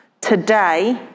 Today